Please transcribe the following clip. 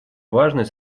важной